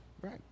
Right